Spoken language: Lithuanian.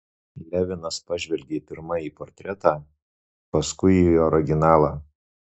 levinas pažvelgė pirma į portretą paskui į originalą